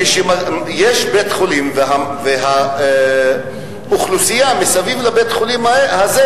כשיש בית-חולים והאוכלוסייה מסביב לבית-החולים הזה,